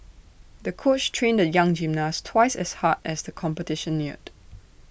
the coach trained the young gymnast twice as hard as the competition neared